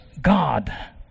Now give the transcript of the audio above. God